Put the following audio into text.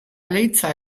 leiza